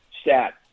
stat